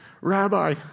Rabbi